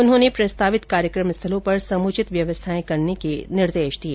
उन्होंने प्रस्तावित कार्यक्रम स्थलों पर समुचित व्यवस्थाएं करने के निर्देश दिए